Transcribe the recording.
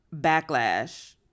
backlash